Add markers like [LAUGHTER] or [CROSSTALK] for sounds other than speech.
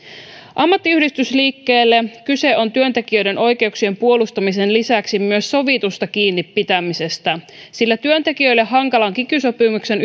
ammattiyhdistysliikkeelle kyse on työntekijöiden oikeuksien puolustamisen lisäksi myös sovitusta kiinnipitämisestä sillä työntekijöille hankalan kiky sopimuksen [UNINTELLIGIBLE]